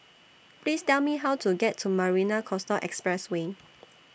Please Tell Me How to get to Marina Coastal Expressway